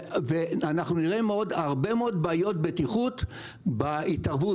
ואנחנו נראה הרבה מאוד בעיות בטיחות בתערובת